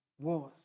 wars